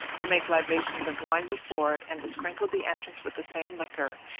to make libations of wine before it, and to sprinkle the entrance with the same liquor,